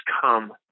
come